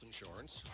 insurance